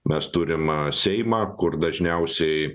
mes turim seimą kur dažniausiai